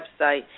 website